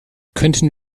könnten